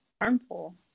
harmful